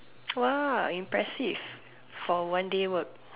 !wah! impressive for one day work